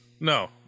No